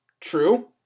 true